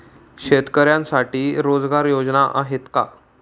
शेतकऱ्यांसाठी रोजगार योजना आहेत का?